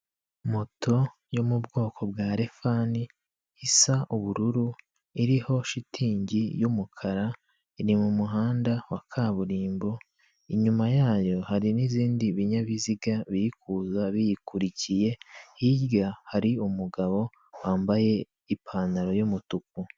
Moto yo mu bwoko bwa refani isa ubururu iriho shitingi y'umukara iri mumuhanda wa kaburimbo inyuma yayo hari ni'bindi binyabiziga birikuza biyikurikiye hirya hari umugabo wambaye ipantaro y'umutuku.